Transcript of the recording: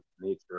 nature